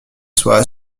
soient